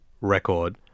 record